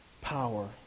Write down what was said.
power